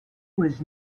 was